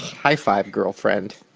high five, girlfriend.